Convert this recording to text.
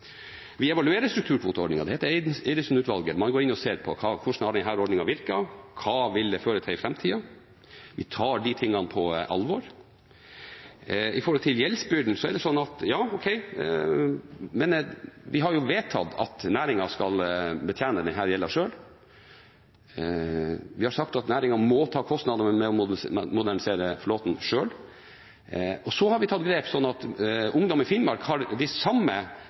vi tatt opp. Nå ser vi på de konfliktene, gjør noe med dem. Vi evaluerer strukturkvoteordningen: Eidesen-utvalget går inn og ser på hvordan denne ordningen har virket, og hva det vil føre til i framtiden. Vi tar de tingene på alvor. Angående gjeldsbyrden har vi vedtatt at næringen skal betjene denne gjelden selv. Vi har sagt at næringen må ta kostnadene ved å modernisere flåten selv. Vi har tatt grep slik at ungdom i Finnmark har de samme